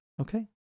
Okay